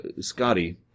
Scotty